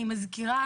אני מזכירה,